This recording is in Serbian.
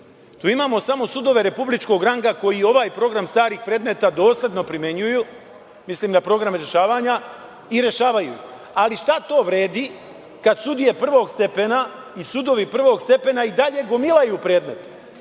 Tu imamo samo sudove republičkog ranga koji ovaj program starih predmeta dosledno primenjuju, mislim na programe rešavanja i rešavaju ih, ali šta to vredi kada sudije prvog stepena i sudovi prvog stepena i dalje gomilaju predmet.